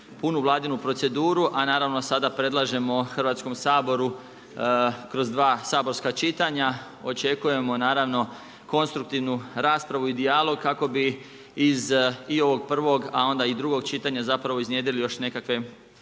punu Vladinu proceduru a naravno sada predlažemo Hrvatskom saboru kroz dva saborska čitanja. Očekujemo, naravno, konstruktivnu raspravu i dijalog kako bi i iz i ovog prvog a onda i drugog čitanja zapravo iznjedrili još nekakve,